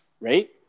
right